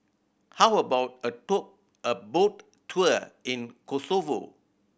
how about a boat a boat tour in Kosovo